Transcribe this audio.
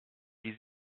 die